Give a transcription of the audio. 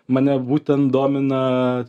mane būtent domina